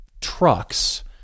trucks